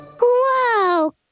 Whoa